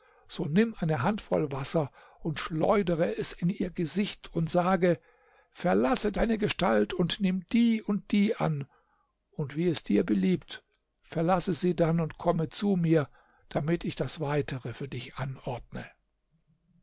so nimm eine handvoll wasser und schleudere es in ihr gesicht und sage verlasse deine gestalt und nimm die und die an und wie es dir beliebt verlasse sie dann und komme zu mir damit ich das weitere für dich anordne